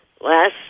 Last